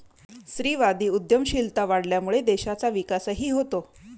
स्त्रीवादी उद्यमशीलता वाढल्यामुळे देशाचा विकासही होतो